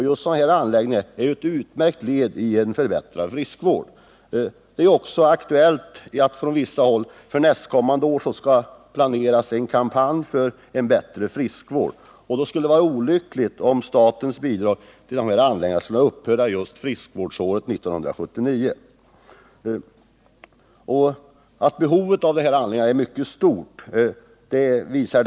Just sådana anläggningar är ett utmärkt led i en förbättrad friskvård. Det är också en aktuell fråga, eftersom en kampanj planeras till nästkommande år för en bättre friskvård. Det skulle då vara olyckligt om statens bidrag till sådana anläggningar skulle upphöra just till friskvårdsåret 1979. Att behovet av anläggningarna är mycket stort visar f.ö.